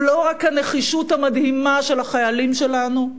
הוא לא רק הנחישות המדהימה של החיילים שלנו,